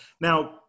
Now